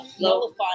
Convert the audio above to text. nullify